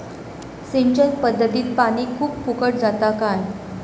सिंचन पध्दतीत पानी खूप फुकट जाता काय?